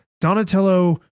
Donatello